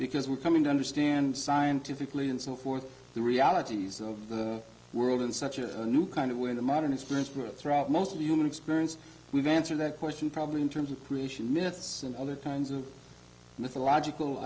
because we're coming to understand scientifically and so forth the realities of the world in such a new kind of way to modernise mystery throughout most of the human experience we've answered that question probably in terms of creation myths and other kinds of mythological